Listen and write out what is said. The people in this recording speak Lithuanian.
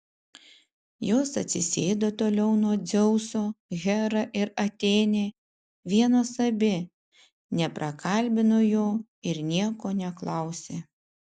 jos atsisėdo toliau nuo dzeuso hera ir atėnė vienos abi neprakalbino jo ir nieko neklausė